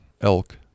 elk